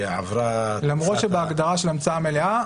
למרות שבהגדרה של המצאה מלאה,